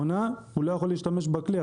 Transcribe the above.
הוא לא יכול להשתמש העונה בכלי,